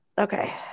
Okay